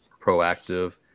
proactive